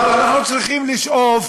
אבל אנחנו צריכים לשאוף,